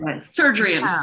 surgery